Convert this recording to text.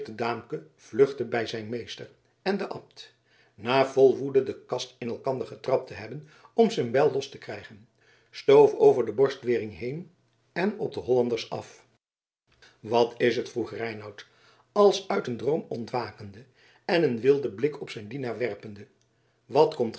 daamke vluchtte bij zijn meester en de abt na vol woede de kast in elkander getrapt te hebben om zijn bijl los te krijgen stoof over de borstwering heen en op de hollanders af wat is het vroeg reinout als uit een droom ontwakende en een wilden blik op zijn dienaar werpende wat komt